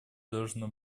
должно